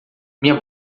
minha